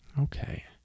Okay